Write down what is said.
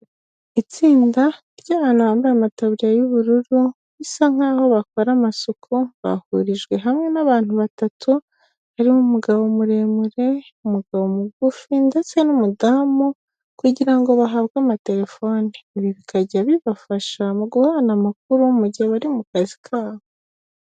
Itsinda ry'abantu bambaye amataburiya y'ubururu, bisa nk'aho bakora amasuku bahurijwe hamwe n'abantu batatu hari umugabo muremure, umugabo mugufi ndetse n'umudamu, kugirango ngo bahabwe amatelefoni ibi bikajya bibafasha mu guhana amakuru mu gihe bari mu kazi kabo.